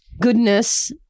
goodness